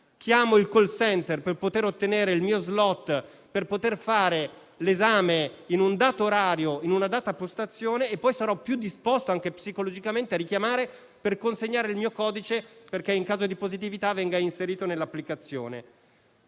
chiamo il *call center* per ottenere il mio *slot* per poter fare l'esame in un dato orario e in una data postazione e poi sarò più disposto, anche psicologicamente, a richiamare per consegnare il mio codice perché, in caso di positività, venga inserito nell'applicazione.